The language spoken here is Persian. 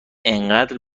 انقدر